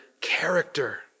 character